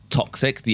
toxic